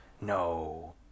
No